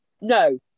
No